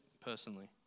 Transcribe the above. personally